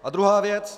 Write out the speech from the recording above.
A druhá věc.